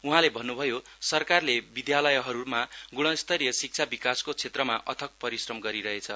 उहाँले भन्नुभयो सरकारले विधालयहरूमा गुणस्तरीय शिक्षा विकासको क्षेत्रमा अचक परिश्रम गरिरहेछ